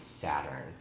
Saturn